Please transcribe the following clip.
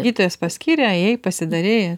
gydytojas paskyrė ėjai pasidarei